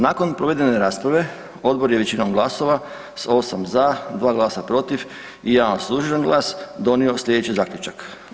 Nakon provedene rasprave odbor je većinom glasova s 8 za, 2 glasa protiv i 1 suzdržan glas donio slijedeći zaključak.